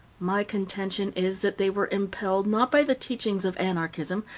my contention is that they were impelled, not by the teachings of anarchism,